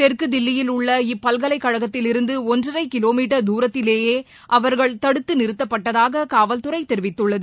தெற்கு தில்லியில் உள்ள இப்பல்கலைக் கழகத்தில் இருந்து ஒன்றரை கிலோ மீட்டர் தூரத்திலேயே அவர்கள் தடுத்து நிறுத்தப்பட்டதாக காவல்துறை தெரிவித்துள்ளது